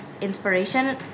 inspiration